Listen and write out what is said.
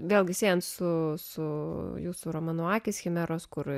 vėlgi siejant su su jūsų romanu akys chimeros kur